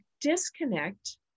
disconnect